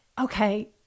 okay